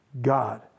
God